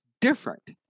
different